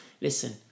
listen